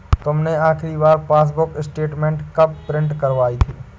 तुमने आखिरी बार पासबुक स्टेटमेंट कब प्रिन्ट करवाई थी?